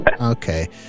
Okay